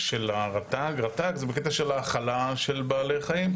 הרט"ג - רט"ג זה בקטע של האכלה של בעלי חיים,